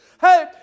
Hey